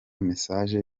message